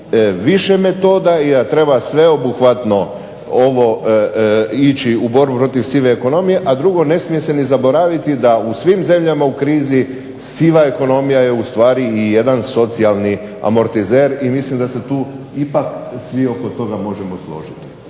više metoda i da treba sveobuhvatno ići u borbu protiv sive ekonomije, a drugo ne smije se zaboraviti da u svim zemljama u krizi siva ekonomija je jedan socijalni amortizer i mislim da se tu ipak svi oko toga možemo složiti.